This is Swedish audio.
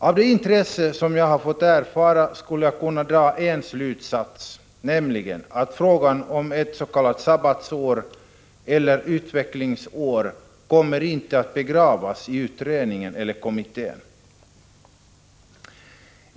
Av det intresse som jag har mött kan jag dra en slutsats, nämligen att frågan om s.k. sabbatsår eller utvecklingsår inte kommer att begravas i utredningskommittén.